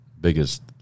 biggest